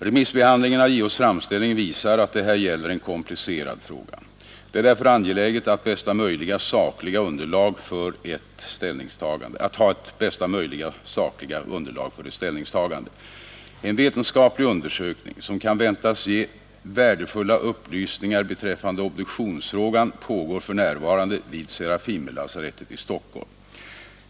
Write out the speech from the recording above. Remissbehandlingen av JO:s framställning visar att det här gäller en komplicerad fråga. Det är därför angeläget att ha bästa möjliga sakliga underlag för ett ställningstagande. En vetenskaplig undersökning, som kan väntas ge värdefulla upplysningar beträffande obduktionsfrågan, pågår för närvarande vid Serafimerlasarettet i Stockholm.